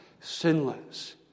sinless